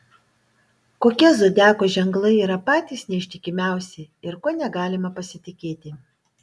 kokie zodiako ženklai yra patys neištikimiausi ir kuo negalima pasitikėti